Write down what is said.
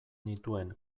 nituen